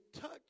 touch